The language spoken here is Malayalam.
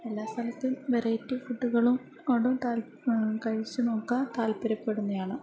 എല്ലാ സ്ഥലത്തെയും വെറൈറ്റി ഫുഡുകളും കഴിച്ചുനോക്കാൻ താല്പര്യപ്പെടുന്നതാണ്